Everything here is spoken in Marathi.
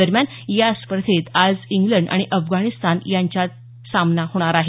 दरम्यान या स्पर्धेत आज इंग्लंड आणि अफगाणिस्तान संघात सामना होणार आहे